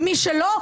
מי שלא,